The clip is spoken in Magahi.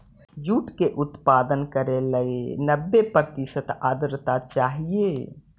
जूट के उत्पादन करे लगी नब्बे प्रतिशत आर्द्रता चाहइ